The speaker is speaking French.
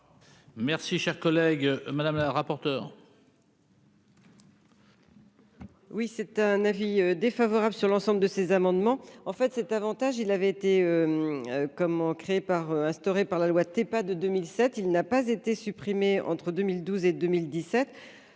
Merci, cher collègue Madame la rapporteure. Oui c'est un avis défavorable sur l'ensemble de ces amendements, en fait, cet Avantage, il avait été comment créer par instauré par la loi Tepa de 2007, il n'a pas été supprimés entre 2012 et 2017